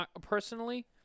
personally